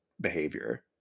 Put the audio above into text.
behavior